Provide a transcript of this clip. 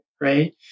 right